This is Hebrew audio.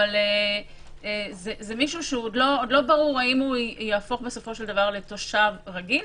אבל זה מישהו שעוד לא ברור אם יהפוך בסופו של דבר לתושב רגיל,